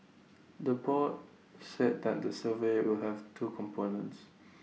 the board said that the survey will have two components